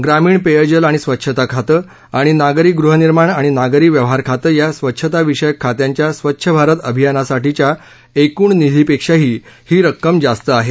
ग्रामीण पेयजल आणि स्वच्छता खाते आणि नागरी गृहनिर्माण आणि नागरी व्यवहार खाते या स्वच्छता विषयक खात्यांच्या स्वच्छ भारत अभियानासाठीच्या एकूण निधीपेक्षाही ही रक्कम जास्त आहे